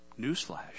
newsflash